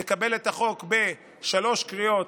תקבל את החוק בשלוש קריאות,